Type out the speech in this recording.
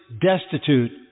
destitute